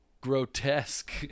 grotesque